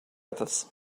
others